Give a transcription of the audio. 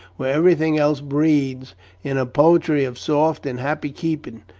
where everything else breathes in a poetry of soft and happy keeping,